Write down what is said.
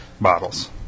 Bottles